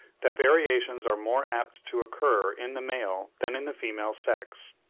that variations are more apt to occur in the male than in the female sex.